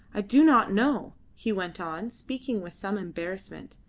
i do not know he went on, speaking with some embarrassment,